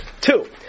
Two